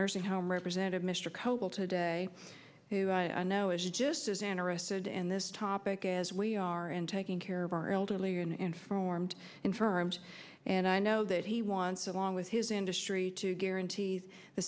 nursing home representative mr coble today who i know is just as interested in this topic as we are in taking care of our elderly and informed infirmed and i know that he wants along with his industry to guarantee the